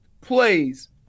plays